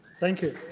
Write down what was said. thank you.